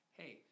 hey